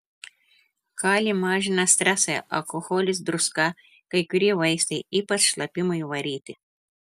kalį mažina stresai alkoholis druska kai kurie vaistai ypač šlapimui varyti